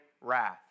wrath